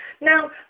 Now